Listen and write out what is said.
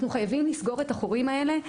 אנחנו חייבים לסגור את החורים האלה.